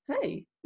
hey